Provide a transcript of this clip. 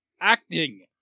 acting